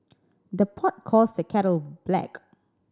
the pot calls the kettle black